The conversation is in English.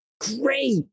Great